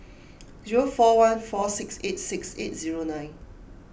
zero four one four six eight six eight zero nine